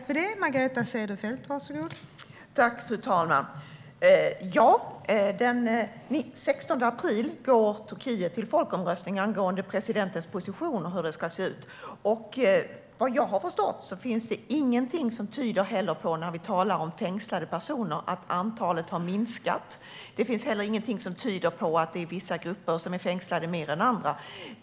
Fru talman! Den 16 april går Turkiet till folkomröstning angående presidentens position och hur den ska se ut. Vad jag har förstått finns det inget som tyder på att antalet fängslade personer har minskat. Det finns heller ingenting som tyder på att det är vissa grupper som är fängslade mer än andra.